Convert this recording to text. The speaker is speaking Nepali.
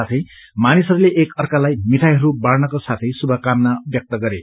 साथै मानिसहरूले एक अर्कालाई मिठाईहरू बाइनको साथै शुभकामना व्यक्त गरे